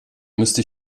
müsste